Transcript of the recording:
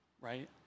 right